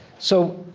so,